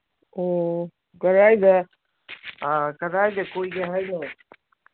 ꯑꯣ ꯀꯔꯥꯏꯗ ꯀꯗꯥꯏꯗ ꯀꯣꯏꯒꯦ ꯍꯥꯏꯅꯣ